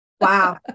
Wow